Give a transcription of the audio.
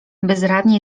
bezradnie